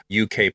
UK